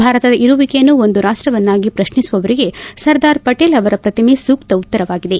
ಭಾರತದ ಇರುವಿಕೆಯನ್ನು ಒಂದು ರಾಷ್ಟವನ್ನಾಗಿ ಪ್ರತ್ನಿಸುವವರಿಗೆ ಸರ್ದಾರ್ ಪಟೇಲ್ ಅವರ ಪ್ರತಿಮೆ ಸೂಕ್ತ ಉತ್ತರವಾಗಿದೆ